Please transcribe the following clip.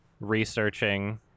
researching